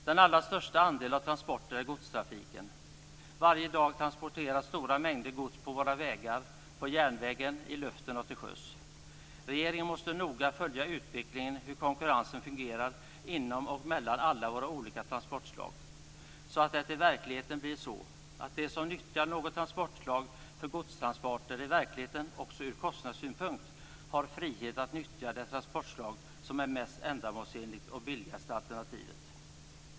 Den allra största andelen av transporter är godstrafiken. Varje dag transporteras stora mängder gods på våra vägar, på järnvägen, i luften och till sjöss. Regeringen måste noga följa utvecklingen och se hur konkurrensen fungerar inom och mellan alla våra olika transportslag. Det måste man göra så att de som nyttjar något transportslag för godstransporter i verkligheten också ur kostnadssynpunkt har frihet att nyttja det transportslag som är mest ändamålsenligt och som är det billigaste alternativet.